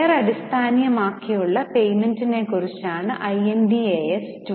share അടിസ്ഥാനമാക്കിയുള്ള പേയ്മെന്റിനെക്കുറിച്ചാണ് Ind AS 2